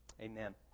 amen